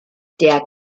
der